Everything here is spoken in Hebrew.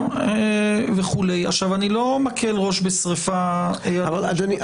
אני לא מקל ראש בשריפה -- אדוני,